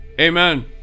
Amen